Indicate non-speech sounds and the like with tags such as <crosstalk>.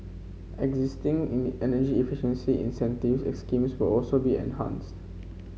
existing <unintelligible> energy efficiency incentives <unintelligible> schemes will also be enhanced